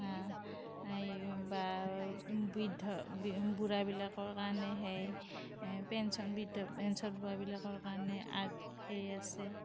এই বা বৃদ্ধ বুঢ়াবিলাকৰ কাৰণে হেই পেঞ্চন বৃদ্ধ পেঞ্চন পোৱাবিলাকৰ কাৰণে আৰ্ত হেই আছে